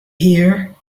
here